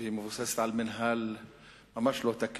והיא מבוססת על מינהל ממש לא תקין.